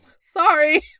sorry